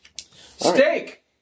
Steak